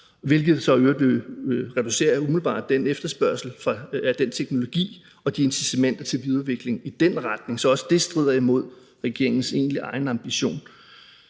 hvilket så i øvrigt umiddelbart reducerer efterspørgslen af teknologi og incitamenter til videreudvikling i den retning. Så også det strider egentlig imod regeringens egen ambition.